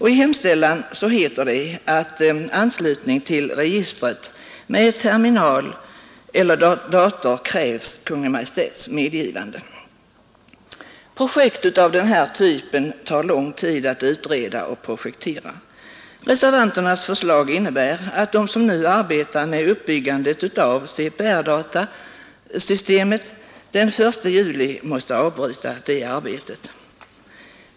I hemställan heter det att för anslutning till registret med terminal eller dator krävs Kungl. Maj:ts medgivande. 105 Projekt av den här typen tar lång tid att utreda och projektera. Reservanternas förslag innebär att de som arbetar med uppbyggandet av CPR-datasystemet den 1 juli måste avbryta detta arbete.